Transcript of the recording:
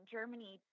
Germany